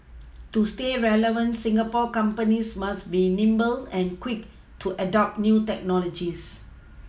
to stay relevant Singapore companies must be nimble and quick to adopt new technologies